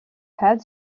had